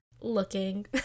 Looking